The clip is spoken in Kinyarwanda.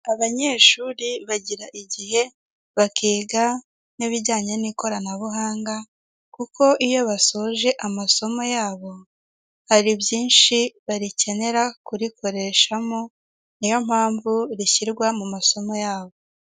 Abanyeshuri bagira igihe bakiga nk'ibijyanye n'ikoranabuhanga kuko iyo basoje amasomo yabo, hari byinshi barikenera kurikoreshamo niyo mpamvu rishyirwa mu masomo yabo.